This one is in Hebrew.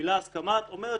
המילה "הסכמת" אומרת